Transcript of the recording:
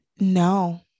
no